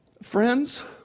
Friends